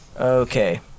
Okay